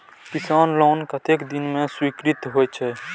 किसान लोन कतेक दिन में स्वीकृत होई छै?